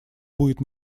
будет